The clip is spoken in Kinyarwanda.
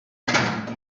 n’ibindi